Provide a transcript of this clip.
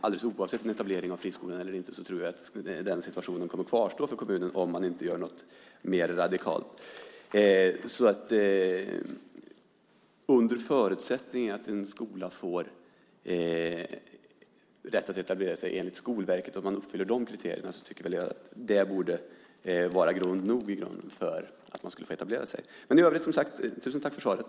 Alldeles oavsett en etablering av friskola eller inte kommer den situationen att kvarstå för kommunen om man inte gör något mer radikalt. Att en skola får rätt att etablera sig enligt Skolverket och uppfyller kriterierna borde vara grund nog för att få etablera sig. I övrigt, som sagt, tusen tack för svaret!